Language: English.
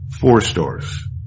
four-stars